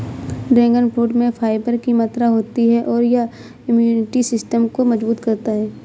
dragon fruit में fibre की मात्रा होती है और यह इम्यूनिटी सिस्टम को मजबूत करता है